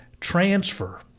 transfer